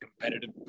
competitive